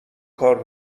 کار